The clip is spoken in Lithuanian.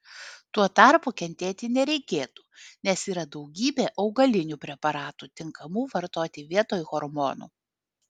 tuo tarpu kentėti nereikėtų nes yra daugybė augalinių preparatų tinkamų vartoti vietoj hormonų